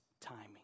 timing